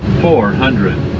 four hundred